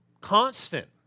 Constant